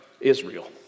Israel